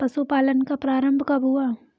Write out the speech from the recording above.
पशुपालन का प्रारंभ कब हुआ?